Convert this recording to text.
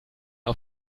ein